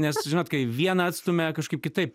nes žinot kai vieną atstumia kažkaip kitaip